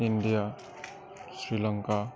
India Sri Lanka